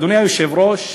אדוני היושב-ראש,